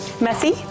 messy